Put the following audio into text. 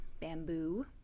bamboo